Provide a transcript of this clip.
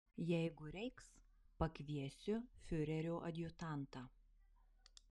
jeigu reiks pakviesiu fiurerio adjutantą